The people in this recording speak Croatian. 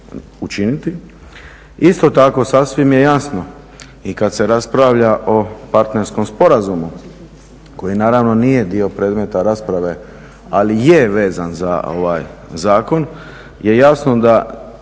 učiniti. Isto tako sasvim je jasno i kad se raspravlja o partnerskom sporazumu koji naravno nije dio predmeta rasprave, ali je vezan za zakon je jasno da